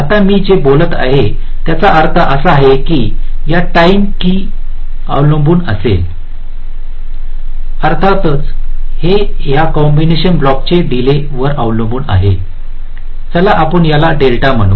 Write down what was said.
आता मी जे बोलत आहे त्याचा अर्थ असा आहे की या टाईम की अवलंबून असेल अर्थातच हे या कॉम्बिनेशन ब्लॉकच्या डीलेवर अवलंबून आहे चला आपण याला डेल्टा म्हणू